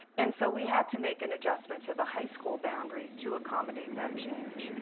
and so we had to make an adjustment to the high school boundary to accommodate that change.